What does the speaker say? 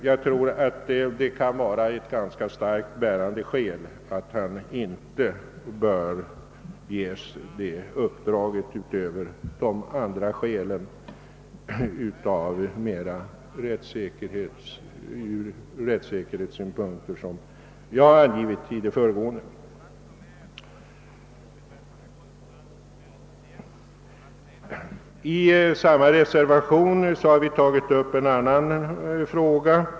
Jag tycker att det är ett starkt skäl för att han inte bör ges det uppdraget, utöver de rättssäkerhetsskäl som jag har angivit i det föregående. I reservationen II har vi också tagit upp en annan fråga.